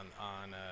on